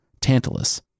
Tantalus